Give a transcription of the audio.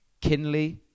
Kinley